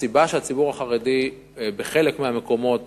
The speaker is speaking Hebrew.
הסיבה שהציבור החרדי בחלק מהמקומות